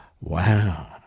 Wow